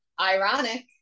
Ironic